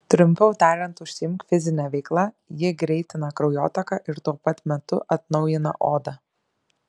trumpiau tariant užsiimk fizine veikla ji greitina kraujotaką ir tuo pat metu atnaujina odą